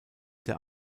der